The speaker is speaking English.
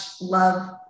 love